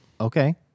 Okay